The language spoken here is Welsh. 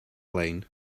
lein